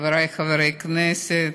חברי חברי הכנסת,